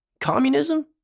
Communism